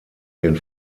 den